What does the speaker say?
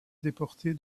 déportée